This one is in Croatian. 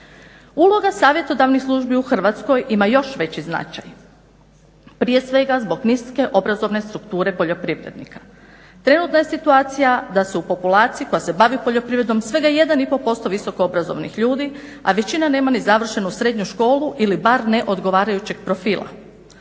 Uloga savjetodavnih službi u Hrvatskoj ima još veći značaj prije svega zbog niske obrazovne strukture poljoprivrednika. Trenutna je situacija da se u populaciji koja se bavi poljoprivredom svega jedan i pol posto visoko obrazovanih ljudi, a većina nema ni završenu srednju školu ili bar ne odgovarajućeg profila.